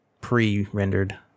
pre-rendered